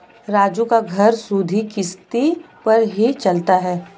राजू का घर सुधि किश्ती पर ही चलता है